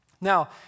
Now